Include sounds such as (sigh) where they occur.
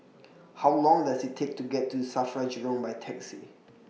(noise) How Long Does IT Take to get to SAFRA Jurong By Taxi